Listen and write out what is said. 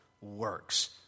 Works